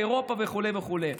באירופה וכו' וכו'.